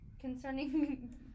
Concerning